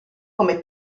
come